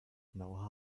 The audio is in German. know